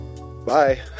bye